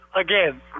again